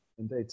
Indeed